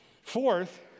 Fourth